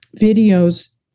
videos